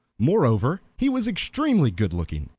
moreover, he was extremely good-looking,